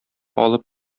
алып